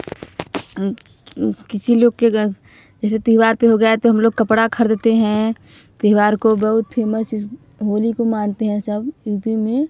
किसी लोग के जैसे त्योहार पर हो गया तो हम लोग कपड़ा ख़रीदते हैं त्योहार को बहुत फेमस इस होली को मानते हैं सब यू पी में